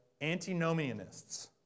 antinomianists